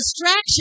distraction